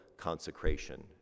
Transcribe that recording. Consecration